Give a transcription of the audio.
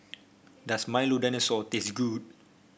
does Milo Dinosaur taste good